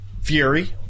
Fury